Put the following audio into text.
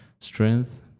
strength